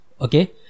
okay